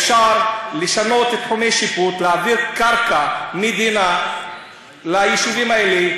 אפשר לשנות את תחומי השיפוט ולהעביר קרקע מדינה ליישובים האלה.